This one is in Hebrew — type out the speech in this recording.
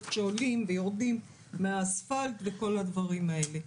שעולים ויורדים מהאספלט וכל הדברים האלה.